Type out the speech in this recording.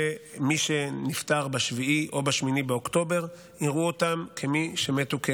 שמי שנפטר ב-7 או ב-8 באוקטובר יראו אותם כמי שמתו כאחד.